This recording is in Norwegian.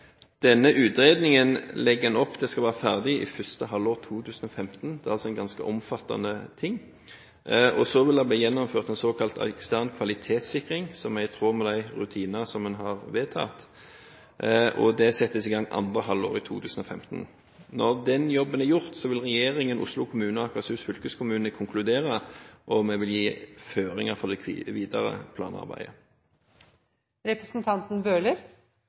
Denne utredningen legger en opp til skal være ferdig i første halvår 2015 – det er altså en ganske omfattende ting. Og så vil det bli gjennomført en såkalt ekstern kvalitetssikring, som er i tråd med de rutinene som en har vedtatt. Det settes i gang andre halvår 2015. Når den jobben er gjort, vil regjeringen, Oslo kommune og Akershus fylkeskommune konkludere på om vi vil gi føringer for det videre